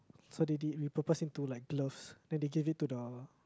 so they did repurpose it to like gloves then they gave it to the